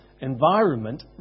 environment